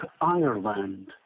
Ireland